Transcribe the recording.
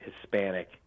hispanic